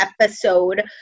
episode